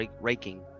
raking